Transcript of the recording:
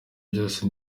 bose